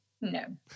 no